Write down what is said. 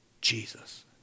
Jesus